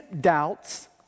doubts